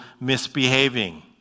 misbehaving